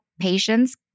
patients